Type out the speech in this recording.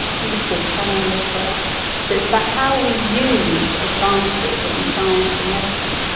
i think it's called can i live forever. so it's about how we use advances in science and medicine,